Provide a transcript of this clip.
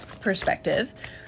perspective